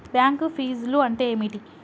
Bank ఫీజ్లు అంటే ఏమిటి?